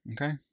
Okay